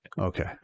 Okay